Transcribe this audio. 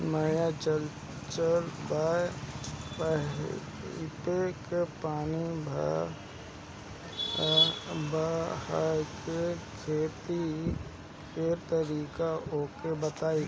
नया चलल बा पाईपे मै पानी बहाके खेती के तरीका ओके बताई?